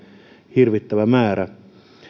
hirvittävä määrä